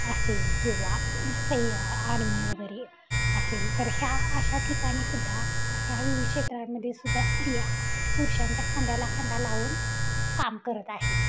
असेल किंवा सय आर्मी वगैरे असेल तर ह्या अशा ठिकाणी सुद्धा ह्या विविध क्षेत्रांमध्ये सुद्धा स्त्रिया पुरुषांच्या खांद्याला खांदा लावून काम करत आहेत